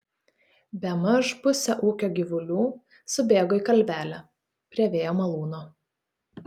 bemaž pusė ūkio gyvulių subėgo į kalvelę prie vėjo malūno